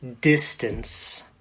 distance